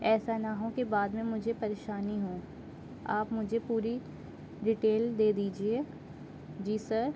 ایسا نہ ہو کہ بعد میں مجھے پریشانی ہو آپ مجھے پوری ڈیٹیل دے دیجیے جی سر